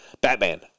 Batman